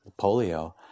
polio